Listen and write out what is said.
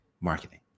marketing